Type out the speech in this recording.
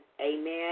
Amen